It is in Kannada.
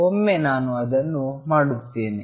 ಒಮ್ಮೆ ನಾನು ಅದನ್ನು ಮಾಡುತ್ತೇನೆ